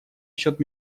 счет